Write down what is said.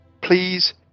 Please